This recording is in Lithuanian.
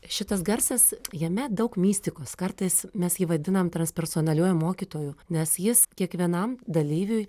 šitas garsas jame daug mistikos kartais mes jį vadinam transpersonaliuoju mokytoju nes jis kiekvienam dalyviui